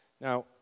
Now